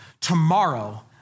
tomorrow